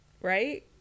right